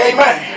Amen